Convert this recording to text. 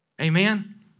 Amen